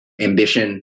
ambition